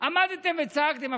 עמדתם וצעקתם,